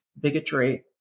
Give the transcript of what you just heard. bigotry